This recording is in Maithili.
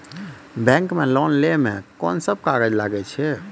बैंक मे लोन लै मे कोन सब कागज लागै छै?